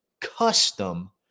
custom